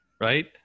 Right